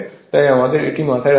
তাই আমাদের এটি মাথায় রাখতে হবে